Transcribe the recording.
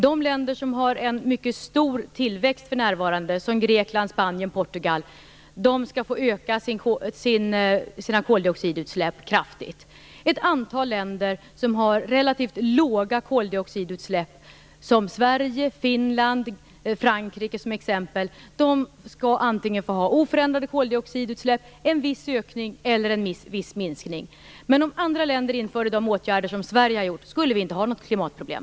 De länder som har en mycket stor tillväxt för närvarande, som Grekland, Spanien och Portugal, skall få öka sina koldioxidutsläpp kraftigt. Ett antal länder som har relativt låga koldioxidutsläpp, som Sverige, Finland och Frankrike, skall antingen få ha oförändrade koldioxidutsläpp, en viss ökning eller en viss minskning. Om andra länder införde de åtgärder som Sverige har vidtagit skulle vi inte ha något klimatproblem.